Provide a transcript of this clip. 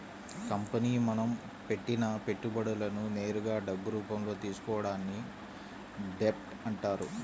company మనం పెట్టిన పెట్టుబడులను నేరుగా డబ్బు రూపంలో తీసుకోవడాన్ని డెబ్ట్ అంటారు